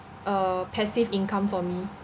err passive income for me